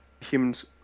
humans